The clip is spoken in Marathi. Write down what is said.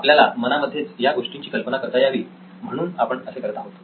आपल्याला मनामध्येच या गोष्टींची कल्पना करता यावी म्हणून आपण असे करत आहोत